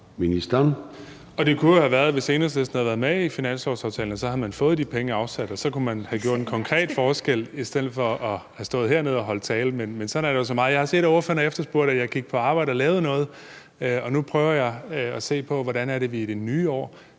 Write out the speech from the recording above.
Det kunne have været, at Enhedslisten, hvis Enhedslisten havde været med i finanslovsaftalen, havde fået de penge afsat, og så kunne man have gjort en konkret forskel i stedet for at have stået hernede og holde tale. Men sådan er der jo så meget. Jeg har set, at ordføreren har efterspurgt, at jeg gik på arbejde og lavede noget. Nu prøver jeg se på, hvordan vi i det nye år